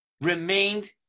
remained